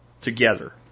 together